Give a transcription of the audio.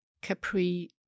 capri